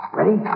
Ready